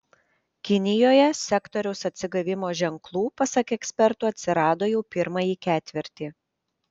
kinijoje sektoriaus atsigavimo ženklų pasak ekspertų atsirado jau pirmąjį ketvirtį